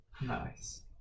Nice